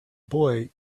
boy